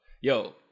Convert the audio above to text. yo